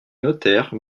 notaire